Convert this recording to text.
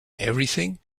everything